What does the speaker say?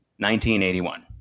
1981